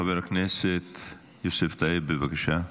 חבר הכנסת יוסף טייב, בבקשה,